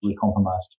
compromised